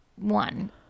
one